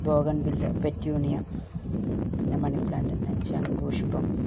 bougainvillea petunia പിന്നെ money plant തന്നെ ശംഖുപുഷ്പം